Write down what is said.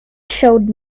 showed